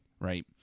right